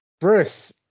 Bruce